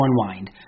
unwind